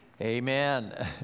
Amen